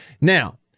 Now